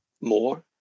more